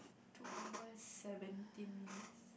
two hours seventeen minutes